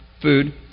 food